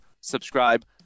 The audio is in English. subscribe